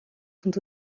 sont